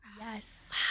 Yes